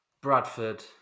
Bradford